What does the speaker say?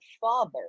father